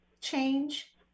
change